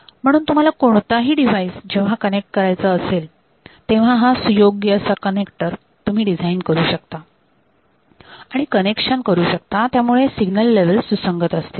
म्हणून तुम्हाला कोणताही डिवाइस जेव्हा कनेक्ट करायचा असेल तेव्हा हा सुयोग्य असा कनेक्टर तुम्ही डिझाईन करू शकता आणि कनेक्शन करू शकता त्यामुळे सिग्नल लेव्हल्स सुसंगत असतील